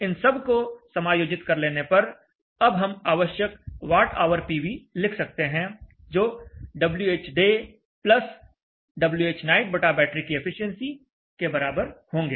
इन सब को समायोजित कर लेने पर अब हम आवश्यक वाट ऑवर पीवी लिख सकते हैं जो Whday Whnight बटा बैटरी की एफिशिएंसी के बराबर होंगे